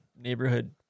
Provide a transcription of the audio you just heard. neighborhood